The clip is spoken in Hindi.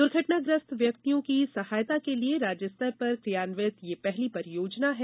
दुर्घटनाग्रस्त व्यक्तियों की सहायता के लिये राज्य स्तर पर कियान्वित यह पहली परियोजना है